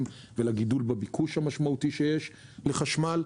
ולגידול המשמעותי שיש בביקוש לחשמל,